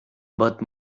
but